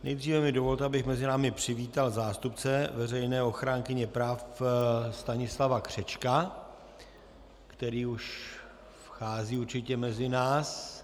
Nejdříve mi dovolte, abych mezi námi přivítal zástupce veřejné ochránkyně práv Stanislava Křečka, který už určitě vchází mezi nás.